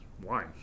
wine